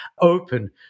open